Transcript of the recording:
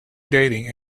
dating